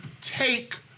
take